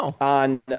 on